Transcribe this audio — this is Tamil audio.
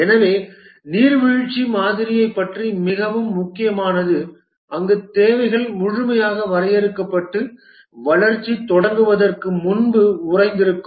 எனவே நீர்வீழ்ச்சி மாதிரியைப் பற்றி மிகவும் முக்கியமானது அங்கு தேவைகள் முழுமையாக வரையறுக்கப்பட்டு வளர்ச்சி தொடங்குவதற்கு முன்பு உறைந்திருக்கும்